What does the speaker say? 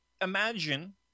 Imagine